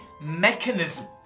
mechanism